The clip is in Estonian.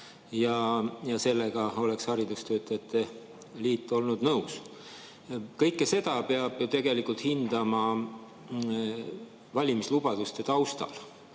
ja sellega oleks haridustöötajate liit olnud nõus. Kõike seda peab ju tegelikult hindama valimislubaduste taustal.